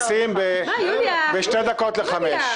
נתכנס ב-17:00.